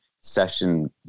session